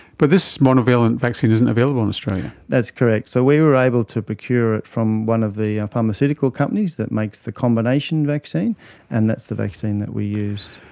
but this monovalent vaccine isn't available in australia. that's correct, so we were able to procure it from one of the pharmaceutical companies that makes the combination vaccine and that's the vaccine that we used.